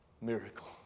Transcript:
miracle